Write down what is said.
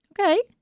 Okay